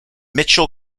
mitchell